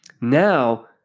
now